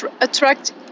attract